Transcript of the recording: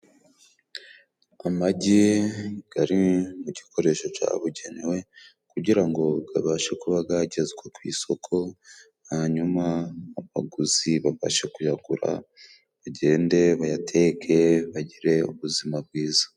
Amagi gari mu gikoresho cyabugenewe, kugira ngo gabashe kuba gagezwa ku isoko, hanyuma abaguzi babashe kuyagura bagende bayake bagire ubuzima bwiza.